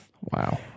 Wow